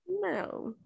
no